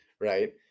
right